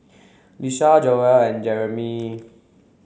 Lisha Joell and Jerimy